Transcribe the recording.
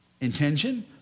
Intention